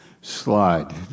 slide